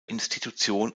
institution